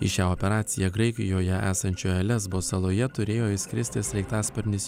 į šią operaciją graikijoje esančioje lesbo saloje turėjo išskristi sraigtasparnis